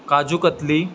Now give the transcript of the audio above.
काजूकतली